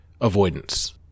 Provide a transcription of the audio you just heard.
avoidance